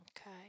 Okay